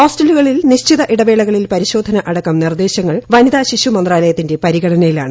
ഹോസ്റ്റലുകളിൽ നിശ്ചിത ഇടവേളകളിൽ പരിശോധന അടക്കം നിർദ്ദേശങ്ങൾ വനിതാ ശിശു മന്ത്രാലയത്തിന്റെ പരിഗണനയിലാണ്